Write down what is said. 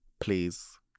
Please